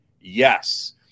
yes